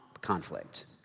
conflict